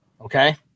okay